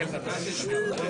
סעיף 2(ד)